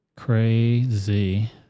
Crazy